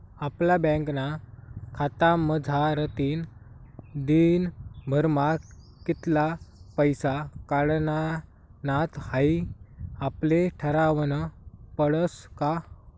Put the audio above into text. आपला बँकना खातामझारतीन दिनभरमा कित्ला पैसा काढानात हाई आपले ठरावनं पडस का